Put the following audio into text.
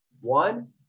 One